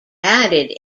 added